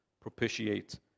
propitiate